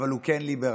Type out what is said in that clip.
אבל הוא כן ליברלי,